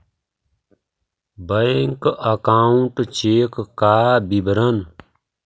Bank account check का विवरण?